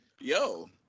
yo